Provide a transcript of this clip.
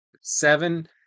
seven